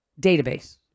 database